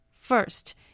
First